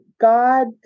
God